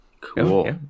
Cool